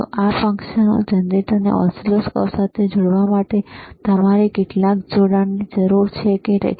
તો આ ફંક્શન જનરેટરને ઓસિલોસ્કોપ સાથે જોડવા માટે તમારે કેટલાક જોડાણની જરૂર છે કે નહીં